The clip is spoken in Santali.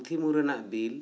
ᱯᱩᱛᱷᱤ ᱠᱩ ᱨᱮᱱᱟᱜ ᱵᱤᱞ